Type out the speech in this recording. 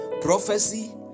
prophecy